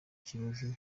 kibazo